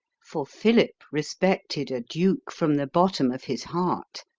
for philip respected a duke from the bottom of his heart,